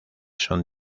son